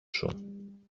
σου